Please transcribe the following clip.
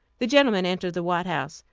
the gentleman entered the white house,